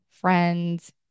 friends